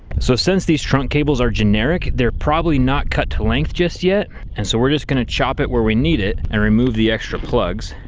so since these trunk cables are generic, they are probably not cut to length just yet and so we're just going to chop it where we need it and remove the extra plugs.